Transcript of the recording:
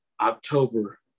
October